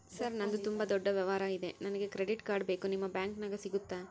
Sir ನಂದು ತುಂಬಾ ದೊಡ್ಡ ವ್ಯವಹಾರ ಇದೆ ನನಗೆ ಕ್ರೆಡಿಟ್ ಕಾರ್ಡ್ ಬೇಕು ನಿಮ್ಮ ಬ್ಯಾಂಕಿನ್ಯಾಗ ಸಿಗುತ್ತಾ?